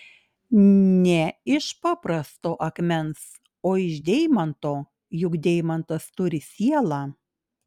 ne iš paprasto akmens o iš deimanto juk deimantas turi sielą